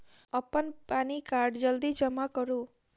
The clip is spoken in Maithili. अप्पन पानि कार्ड जल्दी जमा करू?